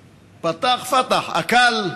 פתח, פתח, אכל,